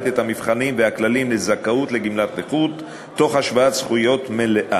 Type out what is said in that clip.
את המבחנים והכללים לזכאות לגמלת נכות תוך השוואת זכויות מלאה.